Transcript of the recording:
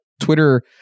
twitter